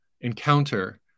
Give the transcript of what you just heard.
encounter